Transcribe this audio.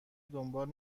دنبال